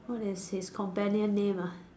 what is his companion name ah